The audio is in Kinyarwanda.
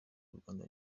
urwanda